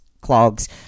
clogs